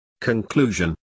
Conclusion